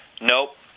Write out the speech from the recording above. Nope